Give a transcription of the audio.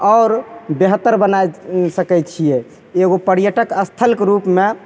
आओर बेहतर बनै सकै छिए एगो पर्यटक अस्थलके रूपमे